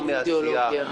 לא מעשיה,